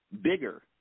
bigger